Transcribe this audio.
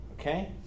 Okay